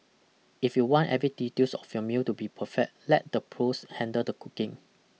if you want every details of your meal to be perfect let the pros handle the cooking